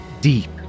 deep